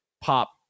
pop